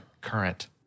current